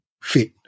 fit